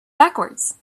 backwards